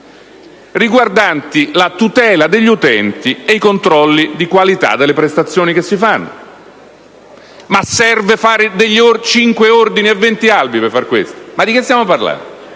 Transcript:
riguardanti la tutela degli utenti e i controlli di qualità delle prestazioni che si fanno. Ma serve istituire 5 ordini e 20 albi per fare questo? Ma di che stiamo parlando?